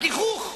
הגיחוך,